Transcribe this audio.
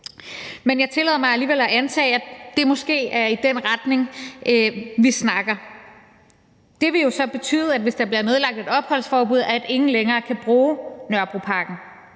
men jeg tillader mig alligevel at antage, at det måske er noget i den retning, vi snakker om. Det vil jo så betyde, at hvis der bliver nedlagt et opholdsforbud, kan ingen længere bruge Nørrebroparken